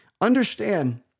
understand